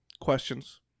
questions